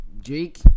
jake